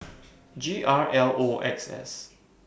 G R L X S